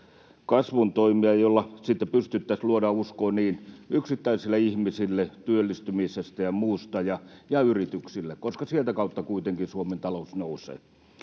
kasvun toimia, joilla sitten pystyttäisiin luomaan uskoa yksittäisille ihmisille työllistymisestä ja muusta ja yrityksille, koska sieltä kautta kuitenkin Suomen talous nousee.